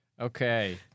Okay